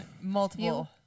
multiple